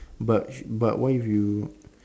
but what if you